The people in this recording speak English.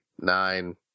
nine